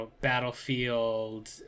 Battlefield